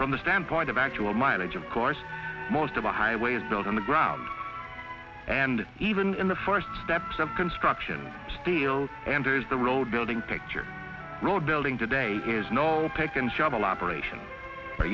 from the standpoint of actual mileage of course most of the highway is built on the ground and even in the first steps of construction steel and is the road building picture road building today is no pick and shovel operation